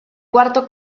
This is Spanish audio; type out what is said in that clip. cuarto